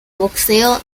boxeo